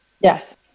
Yes